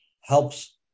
helps